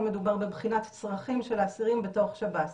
מדובר מבחינת צרכים של האסירים בתוך שב"ס.